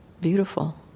beautiful